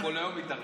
אתה כל היום מתערב.